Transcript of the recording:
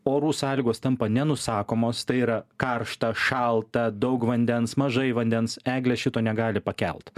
orų sąlygos tampa nenusakomos tai yra karšta šalta daug vandens mažai vandens eglė šito negali pakelt